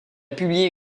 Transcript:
publié